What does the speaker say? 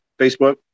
Facebook